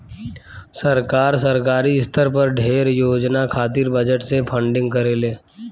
सरकार, सरकारी स्तर पर ढेरे योजना खातिर बजट से फंडिंग करेले